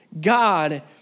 God